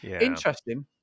interesting